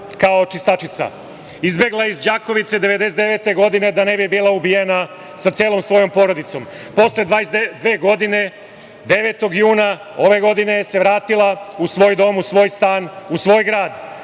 kao čistačica. Izbegla je iz Đakovice 1999. godine da ne bi bila ubijena sa celom svojom porodicom. Posle 22 godine 9. juna ove godine se vratila u svoj dom, u svoj stan, u svoj grad.